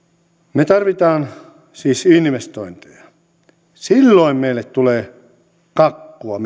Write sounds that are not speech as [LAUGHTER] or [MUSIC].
me tarvitsemme siis investointeja silloin meille tulee kakkua [UNINTELLIGIBLE]